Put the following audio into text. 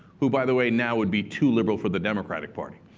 who, by the way, now would be too liberal for the democratic party.